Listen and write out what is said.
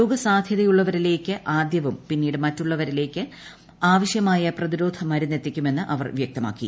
രോഗസാധൃത യുള്ളവരിലേക്ക് ആദൃവും പിന്നീട് മറ്റുള്ളവരിലേക്ക് ആവശ്യമായ പ്രതിരോധ മരുന്ന് എത്തിക്കുമെന്നും അവർ വൃക്തമാക്കി